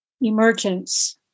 emergence